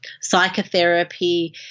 psychotherapy